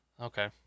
Okay